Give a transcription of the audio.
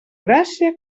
gràcia